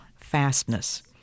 fastness